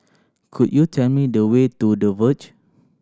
could you tell me the way to The Verge